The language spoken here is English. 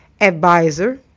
advisor